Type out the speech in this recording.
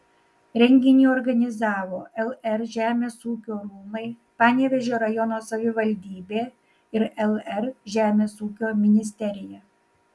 renginį organizavo lr žemės ūkio rūmai panevėžio rajono savivaldybė ir lr žemės ūkio ministerija